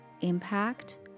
impact